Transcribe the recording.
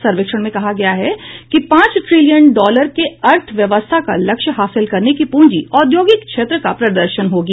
सर्वेक्षण में कहा गया है कि पांच ट्रिलियन डॉलर के अर्थव्यवस्था का लक्ष्य हासिल करने की प्रंजी औद्योगिक क्षेत्र का प्रदर्शन होगी